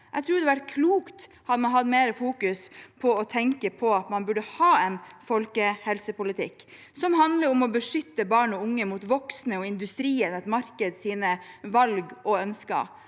Jeg tror det hadde vært klokt å fokusere mer på å tenke på at man burde ha en folkehelsepolitikk som handler om å beskytte barn og unge mot voksne og industrien og markedets valg og ønsker.